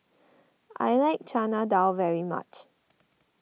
I like Chana Dal very much